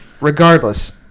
Regardless